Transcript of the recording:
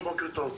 בוקר טוב.